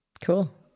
Cool